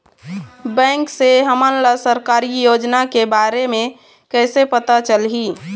Bank से हमन ला सरकारी योजना के बारे मे कैसे पता चलही?